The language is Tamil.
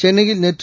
சென்னையில் நேற்று